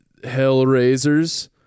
Hellraisers